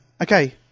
Okay